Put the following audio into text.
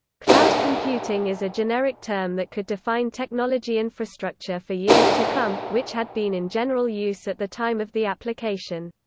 cloud computing is a generic term that could define technology infrastructure for years to come, which had been in general use at the time of the application.